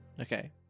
Okay